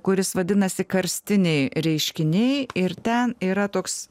kuris vadinasi karstiniai reiškiniai ir ten yra toks